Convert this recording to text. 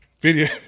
Video